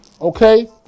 okay